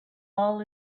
all